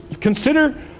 consider